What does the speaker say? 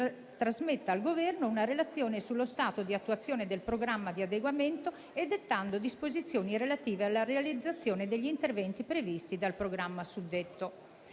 trasmetta al Governo una relazione sullo stato di attuazione del programma di adeguamento e dettando disposizioni relative alla realizzazione degli interventi previsti dal programma suddetto.